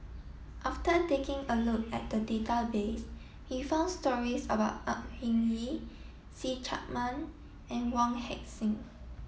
after taking a look at the database we found stories about Au Hing Yee See Chak Mun and Wong Heck Sing